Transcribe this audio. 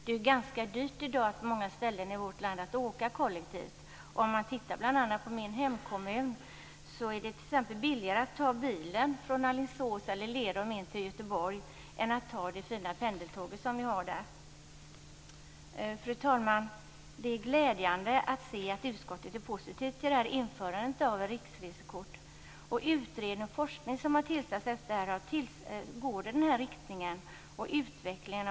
På många ställen i vårt land är det ganska dyrt att åka kollektivt i dag. Om man tittar bl.a. på min hemkommun finner man att det t.ex. är billigare att ta bilen från Alingsås eller Lerum in till Göteborg än att ta det fina pendeltåg som vi har. Fru talman! Det är glädjande att se att utskottet är positivt till införandet av ett riksresekort. En utredning som har tillsatts och forskning som har bedrivits efter förslaget går i den här riktningen.